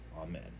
Amen